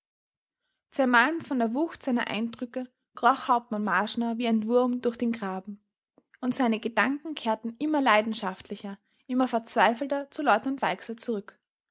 zermalmt von der wucht seiner eindrücke kroch hauptmann marschner wie ein wurm durch den graben und seine gedanken kehrten immer leidenschaftlicher immer verzweifelter zu leutnant weixler zurück